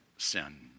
Sin